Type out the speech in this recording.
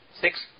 six